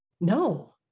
No